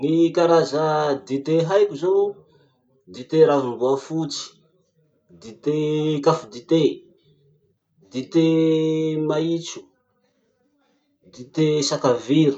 Ny karaza dite haiko zao: dite ravom-boafotsy, dite caf dite, dite maitso, dite sakaviro.